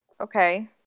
Okay